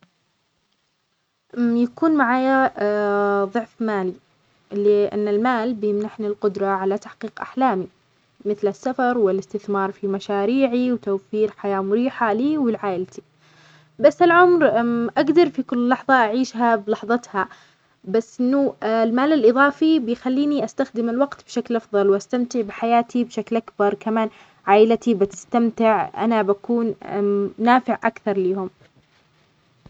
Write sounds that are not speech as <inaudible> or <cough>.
يكون معايا <hesitation> ضعف مالي لأن المال بيمنحني القدرة على تحقيق أحلامي مثل السفر والإستثمار في مشاريعي، وتوفير حياة مريحة لي ولعائلتي، بس العمر <hesitation> أقدر في كل لحظة أعيشها بلحظتها، بس انو المال الإضافي بيخليني أستخدم الوقت بشكل أفضل وأستمتع بحياتي بشكل أكبر، كمان عائلتي بتستمتع أنا بكون <hesitation> نافع أكثر ليهم.